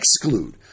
exclude